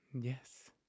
Yes